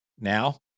now